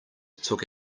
took